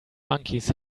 monkeys